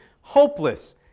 hopeless